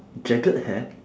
jagged hair